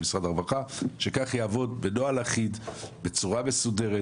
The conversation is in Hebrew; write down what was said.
שיהיה נוהל אחיד ובצורה מסודרת.